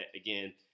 again